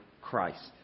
Christ